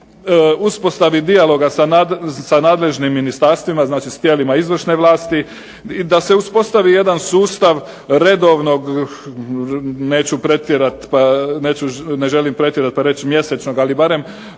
uspostavi dijaloga sa nadležnim ministarstvima, znači s tijelima izvršne vlasti i da se uspostavi jedan sustav redovnog, ne želim pretjerati pa reći mjesečnog, ali barem